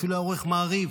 אפילו היה עורך מעריב,